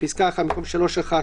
בפסקה (1) במקום 3(1)